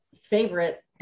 favorite